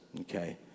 okay